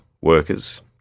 workers